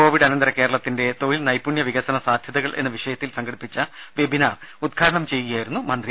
Covid അനന്തര കേരളത്തിന്റെ തൊഴിൽ നൈപുണ്യ വികസന സാധ്യതകൾ എന്ന വിഷയത്തിൽ സംഘടിപ്പിച്ച വെബിനാർ ഉദ്ഘാടനം ചെയ്യുകയായിരുന്നു മന്ത്രി